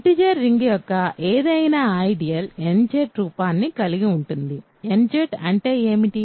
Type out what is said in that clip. integers ring యొక్క ఏదైనా ideal nZ రూపాన్ని కలిగి ఉంటుంది nZ అంటే ఏమిటి